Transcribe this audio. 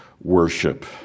worship